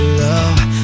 love